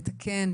לתקן,